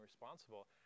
responsible